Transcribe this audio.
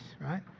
right